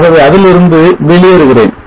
ஆகவே அதிலிருந்து வெளியேறுகிறேன்